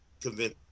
convince